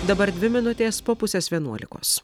dabar dvi minutės po pusės vienuolikos